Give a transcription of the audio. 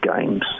games